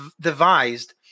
devised